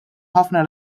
ħafna